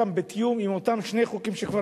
גם בתיאום עם אותם שני חוקים שכבר